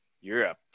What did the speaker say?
Europe